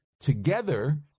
Together